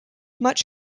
much